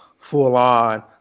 full-on